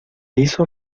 hizo